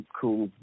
cool